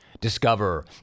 discover